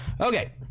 Okay